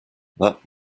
that